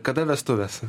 kada vestuvės